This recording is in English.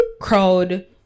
crowd